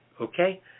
Okay